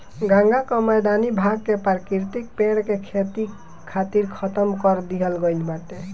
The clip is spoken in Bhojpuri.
गंगा कअ मैदानी भाग के प्राकृतिक पेड़ के खेती खातिर खतम कर दिहल गईल बाटे